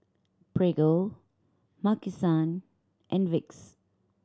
Prego Maki San and Vicks